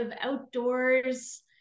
outdoors